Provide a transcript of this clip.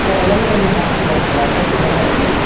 sir అదన్న కొంచెం ఫాస్ట్గా వస్తుందా అంటే తినడానికి